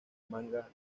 manga